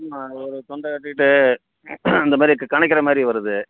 ஆமாம் ஒரு தொண்டை கட்டிகிட்டு இந்த மாதிரி கனைக்கிற மாதிரி வருது